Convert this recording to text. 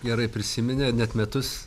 gerai prisiminė net metus